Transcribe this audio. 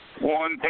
one